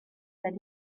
that